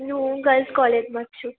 હું ગર્લ્સ કોલેજમાં જ છું